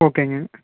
ஓகேங்க